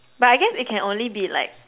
but I guess it can only be like